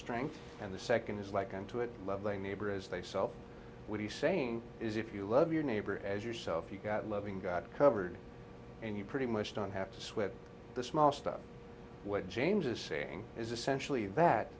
strength and the second is like unto it love a neighbor as they self what he's saying is if you love your neighbor as yourself you've got a loving god covered and you pretty much don't have to sweat the small stuff what james is saying is essentially that